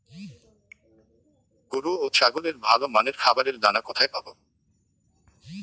গরু ও ছাগলের ভালো মানের খাবারের দানা কোথায় পাবো?